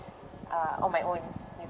uh on my own